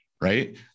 right